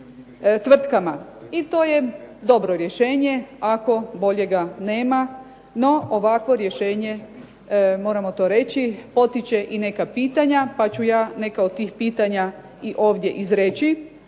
I to je dobro rješenje ako boljega nema. No ovakvo rješenje, moramo to reći, potiče i neka pitanja, pa ću ja neka od tih pitanje i ovdje izreći.